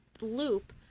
loop